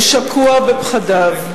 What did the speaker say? הוא שקוע בפחדיו.